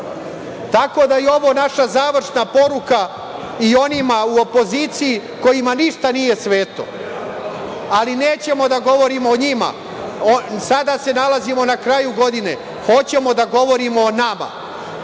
Ima. Tako da je ovo naša završna poruka i onima u opoziciji kojima ništa nije sveto, ali nećemo da govorimo o njima. Sada se nalazimo na kraju godine, hoćemo da govorimo o nama,